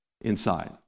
inside